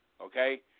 Okay